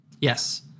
Yes